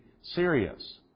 serious